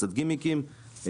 קצת גימיקים,